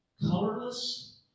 colorless